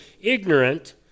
ignorant